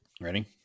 Ready